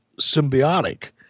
symbiotic